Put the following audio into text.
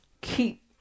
keep